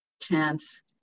chance